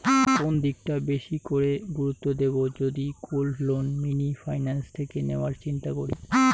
কোন দিকটা বেশি করে গুরুত্ব দেব যদি গোল্ড লোন মিনি ফাইন্যান্স থেকে নেওয়ার চিন্তা করি?